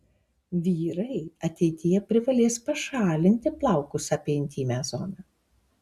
vyrai ateityje privalės pašalinti plaukus apie intymią zoną